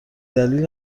دلیل